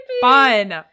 fun